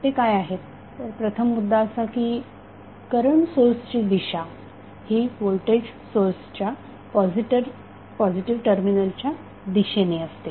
ते काय आहेत प्रथम मुद्दा असा की करंट सोर्सची दिशा ही व्होल्टेज सोर्सच्या पॉझिटिव्ह टर्मिनलच्या दिशेने असते